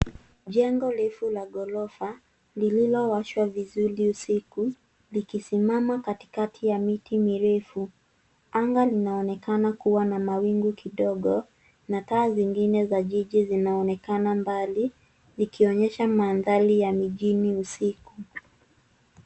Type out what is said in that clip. Jengo refu la ghorofa, lililowashwa vizuri usiku, likisimama katikati ya miti mirefu. Anga linaonekana kuwa na mawingu kidogo, na taa zingine za jiji zinaonekana mbali, likionyesha mandhari ya mijini usiku.